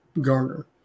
garner